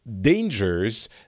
dangers